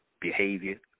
behavior